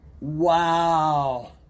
wow